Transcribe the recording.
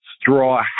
straw